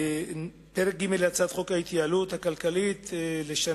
פרק ג' להצעת חוק ההתייעלות הכלכלית (תיקוני